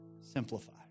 Simplify